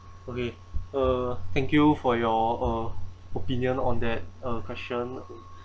okay uh thank you for your opinion on that uh question